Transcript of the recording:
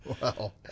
Wow